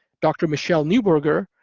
dr. michele neuburger,